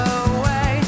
away